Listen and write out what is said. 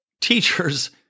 teachers